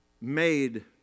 made